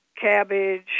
cabbage